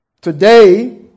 Today